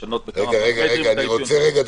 לשנות --- אני רוצה רגע.